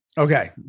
Okay